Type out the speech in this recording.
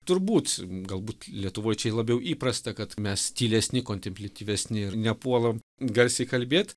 turbūt galbūt lietuvoj čia labiau įprasta kad mes tylesni kontempliatyvesni ir nepuolam garsiai kalbėt